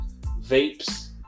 vapes